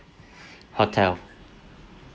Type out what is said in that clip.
hotel